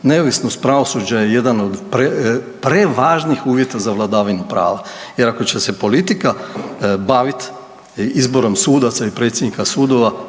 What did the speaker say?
Neovisnost pravosuđa je jedan od prevažnih uvjeta za vladavinu prava jer, ako će se politika baviti izborom sudaca i predsjednika sudova,